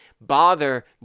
bother